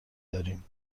دارین